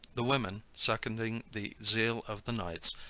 the women, seconding the zeal of the knights,